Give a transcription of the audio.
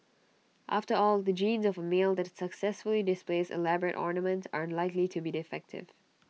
after all the genes of A male that successfully displays elaborate ornaments are unlikely to be defective